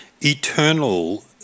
eternal